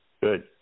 Good